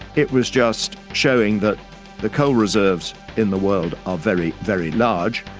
it was just showing that the coal reserves in the world are very, very large,